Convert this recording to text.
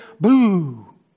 boo